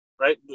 right